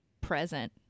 present